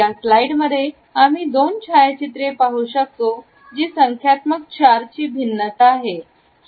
या स्लाइड मध्ये आम्ही दोन छायाचित्रे पाहू शकतो जी संख्यात्मक 4 ची भिन्नता आहेत